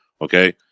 okay